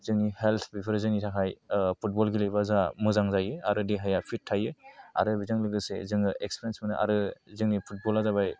जोंनि हेल्थ बेफोरो जोंनि थाखाय फुटबल गेलेयोबा जोंहा मोजां जायो आरो देहाया फिट थायो आरो बिजों लागोसे जोङो इक्सपिरिएन्स मोनो आरो जोंनि फुटबला जाबाय